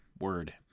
word